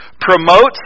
promotes